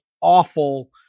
awful